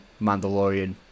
Mandalorian